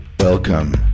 Welcome